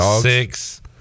six